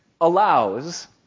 allows